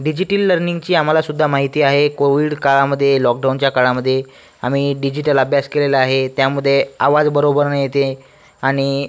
digital लर्निंगची आम्हालासुद्धा माहिती आहे कोव्हिड काळामध्ये लॉकडाऊनच्या काळामध्ये आम्ही डिजिटल अभ्यास केलेला आहे त्यामध्ये आवाज बरोबर नाही येत आहे आणि